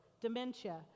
dementia